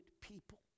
people